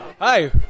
Hi